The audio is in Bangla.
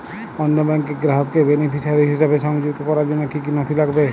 অন্য ব্যাংকের গ্রাহককে বেনিফিসিয়ারি হিসেবে সংযুক্ত করার জন্য কী কী নথি লাগবে?